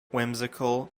whimsical